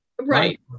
right